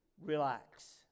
relax